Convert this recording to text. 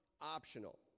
optional